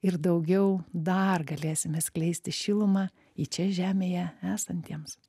ir daugiau dar galėsime skleisti šilumą į čia žemėje esantiems